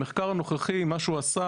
המחקר הנוכחי מה שהוא עשה,